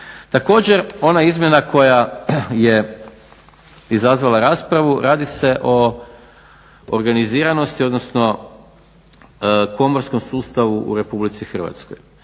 Također ona izmjena koja je izazvala raspravu. Radi se o organiziranosti, odnosno komorskom sustavu u Republici Hrvatskoj.